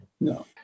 No